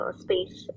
space